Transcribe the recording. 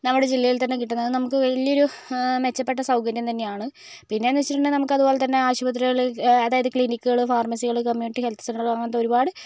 നമ്മുടെ ജില്ലയിൽ തന്നെ കിട്ടുന്നത് നമുക്ക് വലിയൊരു മെച്ചപ്പെട്ട സൗകര്യം തന്നെയാണ് പിന്നെയെന്ന് വെച്ചിട്ടുണ്ടെങ്കിൽ നമുക്ക് അതുപോലെ തന്നെ ആശുപത്രികൾ അതായത് ക്ലിനിക്കുകൾ ഫാർമസികൾ കമ്മ്യൂണിറ്റി ഹെൽത്ത് സെൻററുകൾ അങ്ങനത്തെ ഒരുപാട്